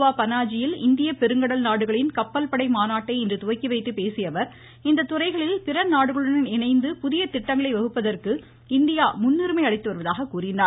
கோவா பனாஜியில் இந்தியப் பெருங்கடல் நாடுகளின் கப்பல் படை மாநாட்டை இன்று துவக்கி வைத்துப் பேசிய அவர் இத்துறைகளில் பிற நாடுகளுடன் இணைந்து புதிய திட்டங்களை வகுப்பதற்கு இந்தியா முன்னுரிமை அளித்து வருவதாக கூறினார்